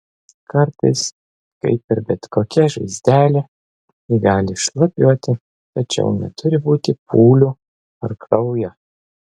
kartais kaip ir bet kokia žaizdelė ji gali šlapiuoti tačiau neturi būti pūlių ar kraujo